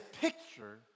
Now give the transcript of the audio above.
picture